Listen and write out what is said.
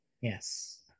Yes